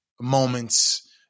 moments